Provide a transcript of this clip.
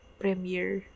premiere